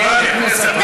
חברת הכנסת ברקו,